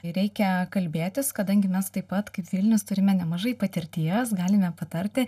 reikia kalbėtis kadangi mes taip pat kaip vilnius turime nemažai patirties galime patarti